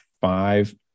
five